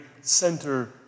center